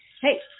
Hey